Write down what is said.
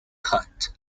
cut